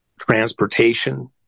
transportation